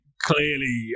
clearly